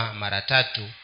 maratatu